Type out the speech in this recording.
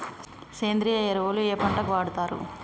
సేంద్రీయ ఎరువులు ఏ పంట కి వాడుతరు?